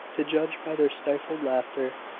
to judge by their stifled laughter.